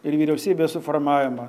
ir vyriausybės suformavimą